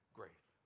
grace